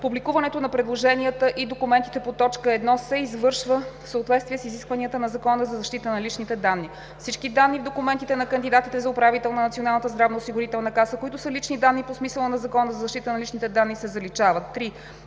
Публикуването на предложенията и документите по т. 1 се извършва в съответствие с изискванията на Закона за защита на личните данни. Всички данни в документите на кандидатите за управител на Националната здравноосигурителна каса, които са лични данни по смисъла на Закона за защита на личните данни, се заличават. 3. Юридически лица